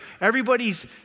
everybody's